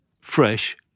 fresh